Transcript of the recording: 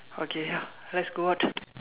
okay ya let's go out